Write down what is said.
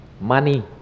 money